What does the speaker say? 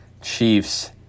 Chiefs